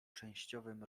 częściowym